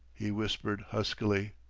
he whispered huskily.